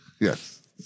Yes